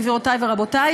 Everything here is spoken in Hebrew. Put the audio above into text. גבירותיי ורבותיי,